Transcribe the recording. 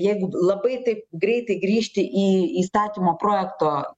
jeigu labai taip greitai grįžti į įstatymo projekto